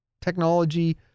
technology